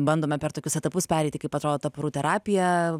bandome per tokius etapus pereiti kaip atrodo ta porų terapija